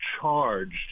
charged